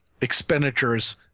expenditures